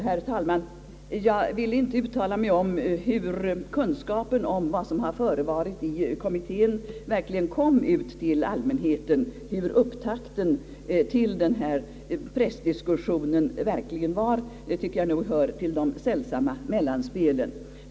Herr talman! Jag vill inte uttala mig om hur kunskapen om vad som har förevarit i kommittén verkligen kom ut till allmänheten; upptakten till pressdiskussionen tycker jag nog hör till de sällsamma mellanspelen.